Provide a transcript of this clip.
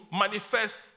manifest